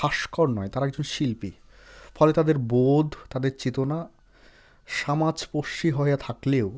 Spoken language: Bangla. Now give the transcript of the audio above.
ভাস্কর নয় তারা একজন শিল্পী ফলে তাদের বোধ তাদের চেতনা সামাজস্পর্শী হয়ে থাকলেও